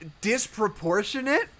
disproportionate